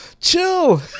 chill